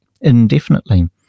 indefinitely